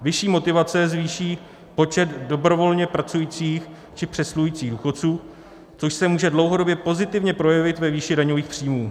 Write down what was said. Vyšší motivace zvýší počet dobrovolně pracujících či přesluhujících důchodců, což se může dlouhodobě pozitivně projevit ve výši daňových příjmů.